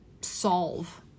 solve